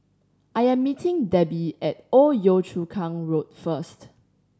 I am meeting Debi at Old Yio Chu Kang Road first